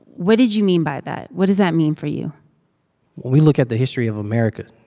what did you mean by that? what does that mean for you? when we look at the history of america,